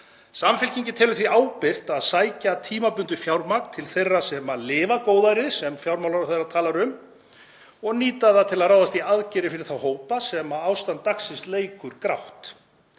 Samfylkingin telur því ábyrgt að sækja tímabundið fjármagn til þeirra sem lifa góðærið sem fjármálaráðherra talar um og nýta það til að ráðast í aðgerðir fyrir þá hópa sem ástand dagsins leikur grátt.